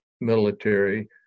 military